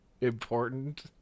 important